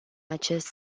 acest